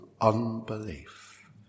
unbelief